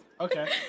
Okay